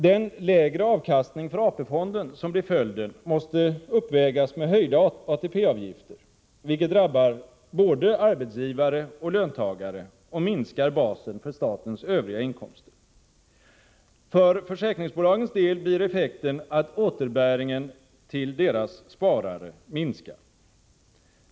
Den lägre avkastning för AP-fonden som blir följden måste uppvägas med höjda ATP-avgifter, något som drabbar både arbetsgivare och löntagare och minskar basen för statens övriga inkomster. För försäkringsbolagens del blir effekten att återbäringen till deras sparare minskar.